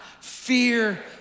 fear